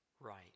right